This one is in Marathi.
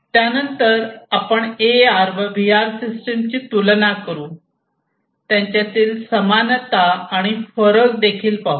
त्यानंतर आपण ए आर व व्हीआर सिस्टिमची तुलना करू त्यांच्यातली समानता आणि फरक हे पाहू